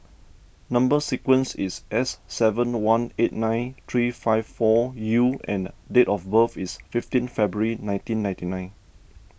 Number Sequence is S seven one eight nine three five four U and date of birth is fifteen February nineteen ninety nine